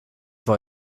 war